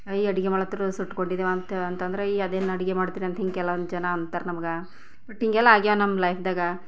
ಅಯ್ ಅಡುಗೆ ಮಾಡಾತಿದ್ರು ಸುಟ್ಕೊಂಡಿದ್ದೆವು ಅಂತ ಅಂತಂದ್ರೆ ಅಯ್ ಅದೇನು ಅಡುಗೆ ಮಾಡಾತಿದ್ರ್ ಅಂತ ಹಿಂಗೆ ಕೆಲ್ವೊಂದು ಜನ ಅಂತಾರೆ ನಮ್ಗೆ ಬಟ್ ಹೀಗೆಲ್ಲ ಆಗ್ಯಾವ ನಮ್ಮ ಲೈಫ್ದಾಗ